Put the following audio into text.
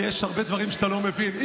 כי יש הרבה דברים שאתה לא מבין.